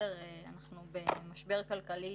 אנחנו במשבר כלכלי